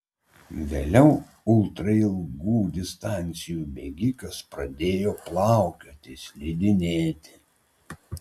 vėliau ultra ilgų distancijų bėgikas pradėjo plaukioti slidinėti